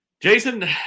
Jason